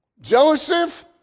Joseph